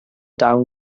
down